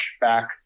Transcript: back